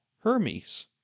Hermes